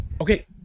Okay